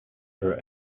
her